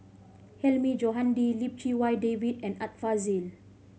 Hilmi Johandi Lim Chee Wai David and Art Fazil